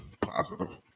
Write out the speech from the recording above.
positive